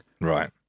Right